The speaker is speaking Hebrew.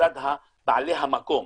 מצד בעלי המקום,